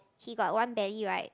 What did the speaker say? he got one belly right